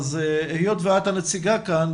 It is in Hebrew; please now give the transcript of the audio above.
היות ואת הנציגה כאן,